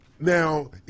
Now